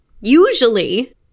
Usually